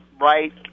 right